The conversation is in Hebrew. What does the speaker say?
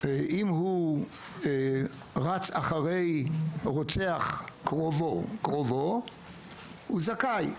אם הוא רץ אחרי רוצח קרובו הוא זכאי,